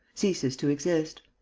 ceases to exist.